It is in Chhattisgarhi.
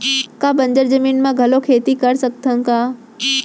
का बंजर जमीन म घलो खेती कर सकथन का?